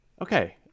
Okay